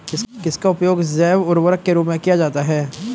किसका उपयोग जैव उर्वरक के रूप में किया जाता है?